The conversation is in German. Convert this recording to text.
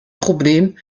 problem